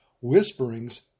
whisperings